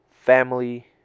family